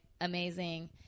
amazing